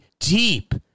Deep